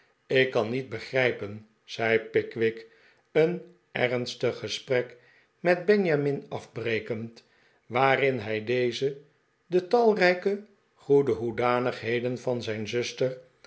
ik kan niet begrijpen zei pickwick een ernstig gesprek met benjamin afbrekend waarin hij dezen de talrijke goede hoedanigheden van zijn zuster